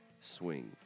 swing